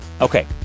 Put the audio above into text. Okay